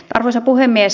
arvoisa puhemies